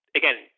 again